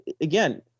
again